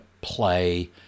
play